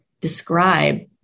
describe